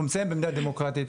אנחנו נמצאים במדינה דמוקרטית,